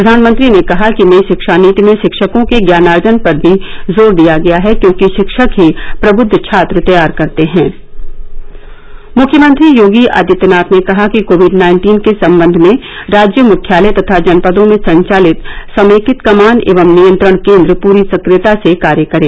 प्रधानमंत्री ने कहा कि नई शिक्षा नीति में शिक्षकों के ज्ञानार्जन पर भी जोर दिया गया है क्योंकि शिक्षक ही प्रबद्ध छात्र तैयार करते की ह मुख्यमंत्री योगी आदित्यनाथ ने कहा कि कोविड नाइन्टीन के सम्बन्ध में राज्य मुख्यालय तथा जनपदों में संचालित समेकित कमान एवं नियंत्रण केन्द्र पूरी सक्रियता से कार्य करें